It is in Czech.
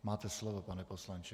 Máte slovo, pane poslanče.